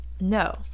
no